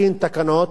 להתקין תקנות.